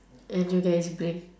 and you guys bring